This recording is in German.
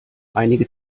einiger